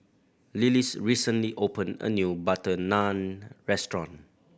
Lillis recently opened a new butter Naan Restaurant